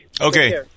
Okay